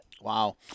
Wow